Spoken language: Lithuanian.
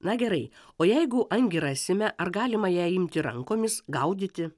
na gerai o jeigu angį rasime ar galima ją imti rankomis gaudyti